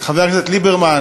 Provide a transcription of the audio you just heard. חבר הכנסת ליברמן.